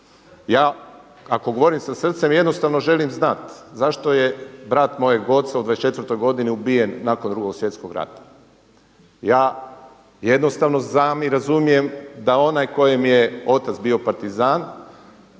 Ja ako govorim sa srcem jednostavno želim znat, zašto je brat mojeg oca u 24. godini ubijen nakon Drugog svjetskog rata. Ja jednostavno znam i razumijem da onaj kojem je otac bio partizan